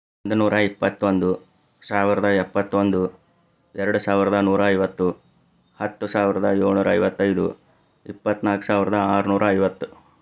ಒಂದು ನೂರ ಇಪ್ಪತ್ತೊಂದು ಸಾವಿರದ ಎಪ್ಪತ್ತೊಂದು ಎರಡು ಸಾವಿರದ ನೂರ ಐವತ್ತು ಹತ್ತು ಸಾವಿರದ ಏಳ್ನೂರ ಐವತ್ತೈದು ಇಪ್ಪತ್ತನಾಲ್ಕು ಸಾವಿರದ ಆರುನೂರ ಐವತ್ತು